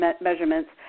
measurements